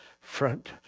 front